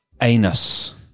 Anus